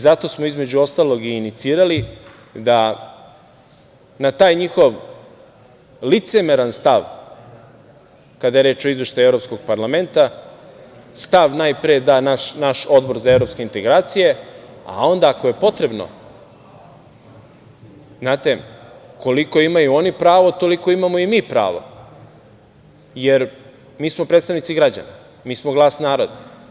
Zato smo između ostalog inicirali da na taj njihov licemeran stav kada je reč o izveštaju Evropskog parlamenta, stav najpre da naš Odbor za evropske integracije, a onda ako je potrebno, znate, koliko imaju oni pravo toliko imamo i mi pravo, jer mi smo predstavnici građana, mi smo glas naroda.